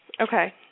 Okay